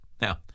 Now